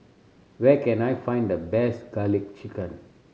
where can I find the best Garlic Chicken